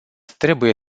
trebuie